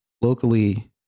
locally